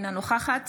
אינה נוכחת